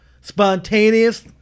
spontaneous